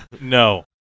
No